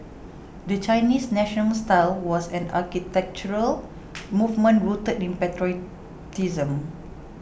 the Chinese National style was an architectural movement rooted in patriotism